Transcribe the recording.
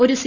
ഒരു സി